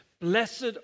Blessed